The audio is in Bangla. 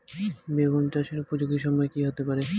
বেগুন চাষের উপযোগী সময় কি হতে পারে?